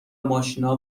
ماشینا